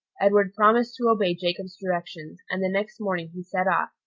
edward promised to obey jacob's directions, and the next morning he set off,